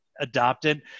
adopted